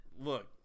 look